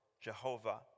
Jehovah